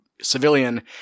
Civilian